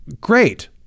Great